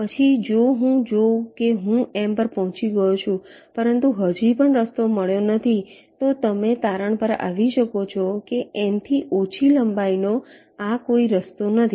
પછી જો હું જોઉં કે હું M પર પહોંચી ગયો છું પરંતુ હજુ પણ રસ્તો મળ્યો નથી તો તમે તારણ પર આવી શકો છો કે M થી ઓછી લંબાઈનો આ કોઈ રસ્તો નથી